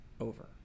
over